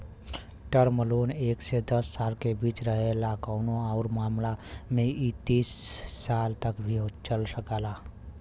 term loan एक से दस साल के बीच रहेला कउनो आउर मामला में इ तीस साल तक भी चल सकला